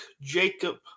Jacob